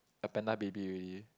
a panda baby already